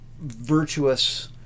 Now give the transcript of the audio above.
virtuous